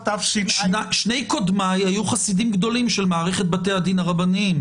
שני קודמיי היו חסידים גדולים של מערכת בתי הדין הרבניים.